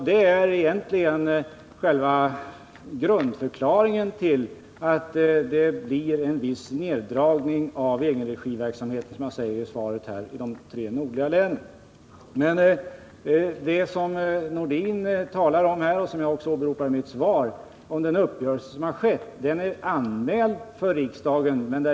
Det är egentligen själva grundförklaringen till att det blir en viss neddragning av egenregiverksamheten i de tre nordliga länen, vilket jag säger i svaret. Men den uppgörelse som Sven-Erik Nordin talar om här, och som jag också åberopar i mitt svar, är anmäld för riksdagen.